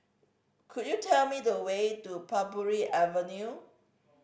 could you tell me the way to Parbury Avenue